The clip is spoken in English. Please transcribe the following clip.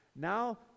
Now